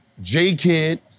J-Kid